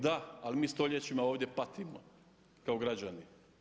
Da, ali mi stoljećima ovdje patimo kao građani.